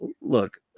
Look